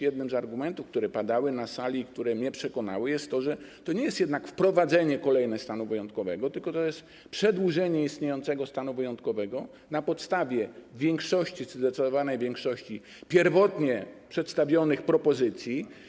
Jednym z argumentów, które padały na sali i które mnie przekonały, jest to, że to jednak nie jest wprowadzenie kolejnego stanu wyjątkowego, tylko przedłużenie istniejącego stanu wyjątkowego na podstawie większości czy zdecydowanej większości pierwotnie przedstawionych propozycji.